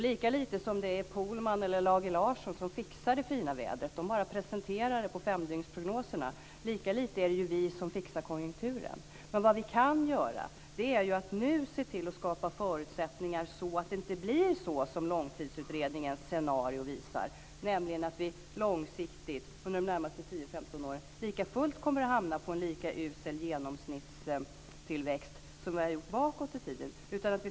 Lika lite som det är John Pohlman eller Lage Larsson som fixar det fina vädret - de bara presenterar det på femdygnsprognoserna - är det vi som fixar konjunkturen. Vad vi kan göra är att nu skapa förutsättningar för att det inte ska bli så som Långtidsutredningens scenario visar, nämligen att vi under de närmaste 10-15 åren kommer att hamna på en lika usel genomsnittstillväxt som vi har gjort bakåt i tiden.